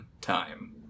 time